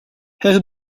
herr